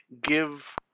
give